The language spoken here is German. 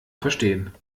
verstehen